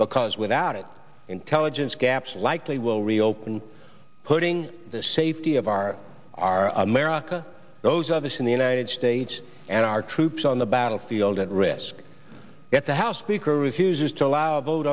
because without it intelligence gaps likely will reopen putting the safety of our our america those of us in the united states and our troops on the battlefield at risk yet the house speaker refuses to allow a vote